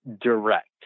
direct